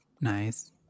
Nice